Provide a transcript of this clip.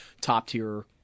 top-tier